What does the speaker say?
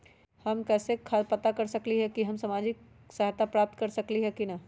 हम कैसे पता कर सकली ह की हम सामाजिक सहायता प्राप्त कर सकली ह की न?